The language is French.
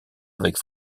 avec